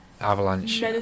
avalanche